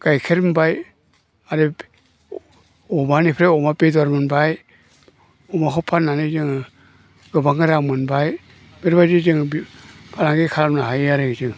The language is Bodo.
गाइखेर मोनबाय आरो अमानिफ्राय अमा बेदर मोनबाय अमाखौ फाननानै जोङो गोबां रां मोनबाय बेफोरबादि जों फालांगि खालामनो हायो आरो जों